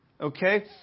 okay